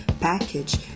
package